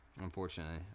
Unfortunately